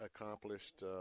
accomplished